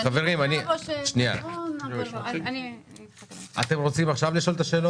חברים, אתם רוצים עכשיו לשאול את השאלות?